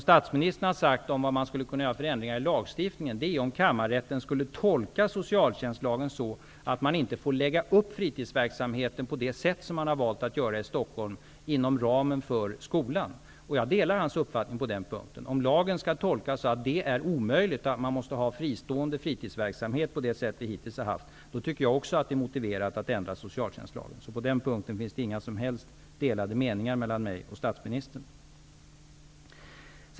Statsministern har talat om vad man skulle kunna göra för förändringar i lagen, om kammarrätten skulle tolka socialtjänstlagen så att man inte får lägga upp fritidsverksamheten på det sätt som gjorts i Stockholm inom ramen för skolan. Jag delar hans uppfattning på den punkten. Om lagen skall tolkas så att det är omöjligt, att man måste ha fristående fritidsverksamhet på det sätt som vi hittills har haft, då tycker jag också att det är motiverat att ändra socialtjänstlagen. På den punkten finns det inga som helst delade meningar mellan mig och statsministern.